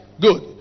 Good